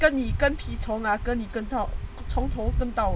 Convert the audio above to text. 跟你跟你 ah 那跟你跟到从头分到位